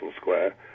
square